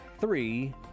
Three